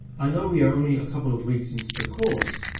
i know we are only a couple of weeks into the course,